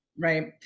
Right